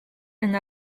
and